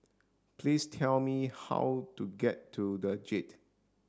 please tell me how to get to The Jade